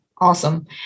Awesome